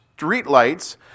streetlights